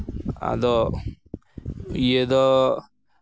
ᱟᱫᱚ ᱤᱭᱟᱹ ᱫᱚ